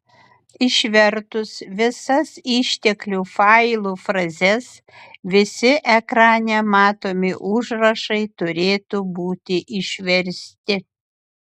išvertus visas išteklių failų frazes visi ekrane matomi užrašai turėtų būti išversti